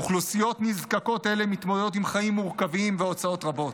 אוכלוסיות נזקקות אלה מתמודדות עם חיים מורכבים והוצאות רבות.